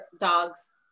dogs